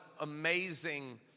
amazing